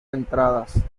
entradas